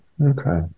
okay